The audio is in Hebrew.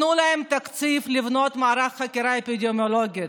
תנו להם תקציב לבנות מערך חקירה אפידמיולוגית.